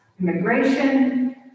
immigration